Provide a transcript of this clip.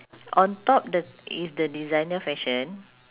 on top the is the designer fashion